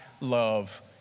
love